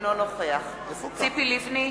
אינו נוכח ציפי לבני,